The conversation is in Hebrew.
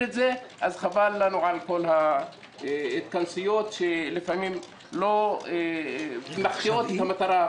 את זה אז חבל לנו על כל ההתכנסויות שלפעמים מחטיאות את המטרה,